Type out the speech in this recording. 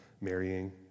marrying